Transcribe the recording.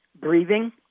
breathing